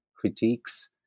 critiques